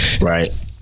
right